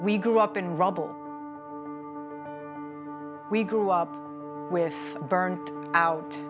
we grew up in rubble we grew up with burnt out